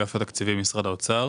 אתם יושבים על המדוכה,